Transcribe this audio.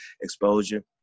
exposure